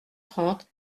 trente